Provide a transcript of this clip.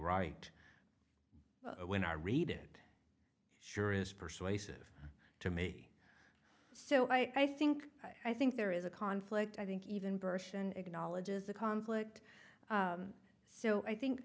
right when i read it sure is persuasive to me so i think i think there is a conflict i think even version acknowledges a conflict so i think